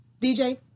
DJ